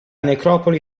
necropoli